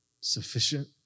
sufficient